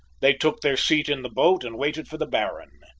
they took their seat in the boat and waited for the baron.